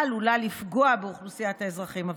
עלולה לפגוע באוכלוסיות האזרחים הוותיקים.